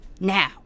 now